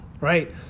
right